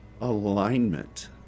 alignment